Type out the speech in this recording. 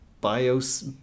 bios